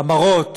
המראות